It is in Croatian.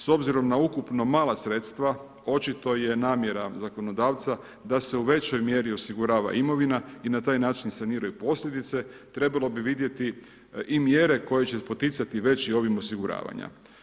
S obzirom na ukupno mala sredstva, očito je namjera zakonodavca da se u većoj mjeri osigurava imovina i na taj način saniraju posljedice, trebalo bi vidjeti i mjere koje će poticati veći ovim, osiguravanja.